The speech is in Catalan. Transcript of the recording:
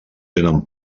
tenen